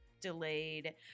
delayed